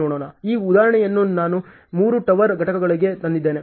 ಈ ಉದಾಹರಣೆಯನ್ನು ನಾನು 3 ಟವರ್ ಘಟಕಗಳಿಗೆ ತಂದಿದ್ದೇನೆ